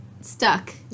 stuck